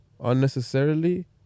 unnecessarily